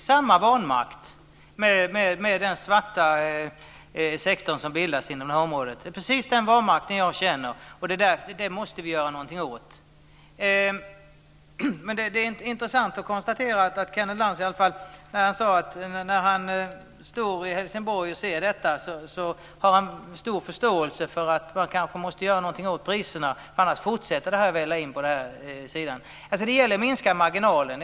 Fru talman! Jag känner precis samma vanmakt i fråga om den svarta sektor som skapas inom detta område. Det är precis den vanmakten som jag känner. Och detta måste vi göra någonting åt. Men det är intressant att notera det som Kenneth Lantz sade om att när han står i Helsingborg och ser detta har han stor förståelse för att man kanske måste göra någonting åt priserna därför att detta annars kommer att fortsätta att välla in. Det gäller alltså att minska marginalen.